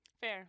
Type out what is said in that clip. Fair